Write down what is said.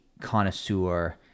connoisseur